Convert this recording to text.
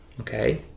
Okay